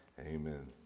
Amen